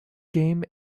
game